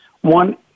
one